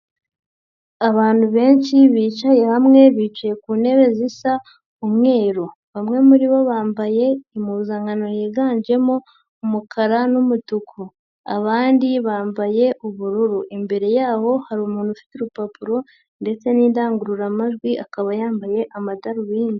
Abantu benshi bicaye hamwe, bicaye ku ntebe zisa umweru, bamwe muri bo bambaye impuzankano yiganjemo umukara n'umutuku, abandi bambaye ubururu, imbere yaho hari umuntu ufite urupapuro ndetse n'indangururamajwi, akaba yambaye amadarubindi.